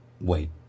Wait